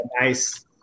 Nice